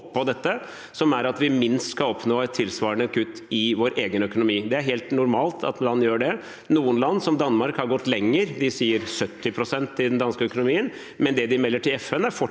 det er at vi minst skal oppnå et tilsvarende kutt i vår egen økonomi. Det er helt normalt at land gjør det. Noen land, som Danmark, har gått lenger. De sier 70 pst. i den danske økonomien, men det de melder til FN, er fortsatt